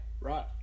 Right